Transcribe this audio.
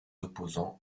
opposants